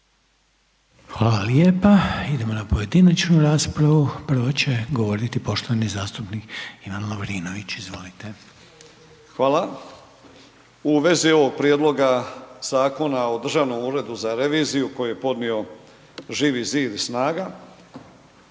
Hvala lijepa. Idemo na pojedinačnu raspravu. Prvo će govoriti poštovani zastupnik Ivan Lovrinović. Izvolite. **Lovrinović, Ivan (Promijenimo Hrvatsku)** Hvala. U vezi ovog Prijedloga zakona o Državnom uredu za reviziju koju je podnio Živi zid i